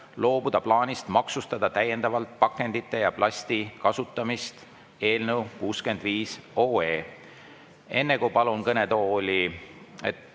loobuda plaanist maksustada täiendavalt pakendite ja plasti kasutamist" eelnõu 65. Enne, kui palun Mart